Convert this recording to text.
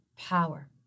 power